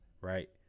right